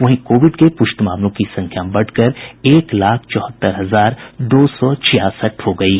वहीं कोविड के पुष्ट मामलों की संख्या बढ़कर एक लाख चौहत्तर हजार दो सौ छियासठ हो गयी है